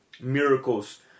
miracles